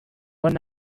run